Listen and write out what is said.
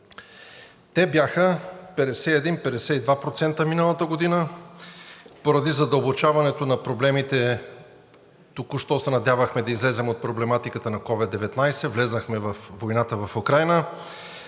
Те бяха 51 – 52% миналата година, поради задълбочаването на проблемите току-що се надявахме да излезем от проблематиката на COVID-19, влезнахме във войната в Украйна,